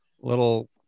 Little